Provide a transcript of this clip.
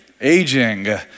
Aging